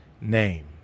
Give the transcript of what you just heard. name